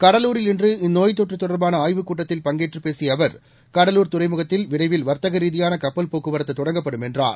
கடலூரில் இன்று இந்நோய்த் தொற்று தொடர்பான ஆய்வுக் கூட்டத்தில் பங்கேற்றுப் பேசிய அவர் கடலூர் துறைமுகத்தில் விரைவில் வர்த்தக ரீதியாள கப்பல் போக்குவரத்து தொடங்கப்படும் என்றார்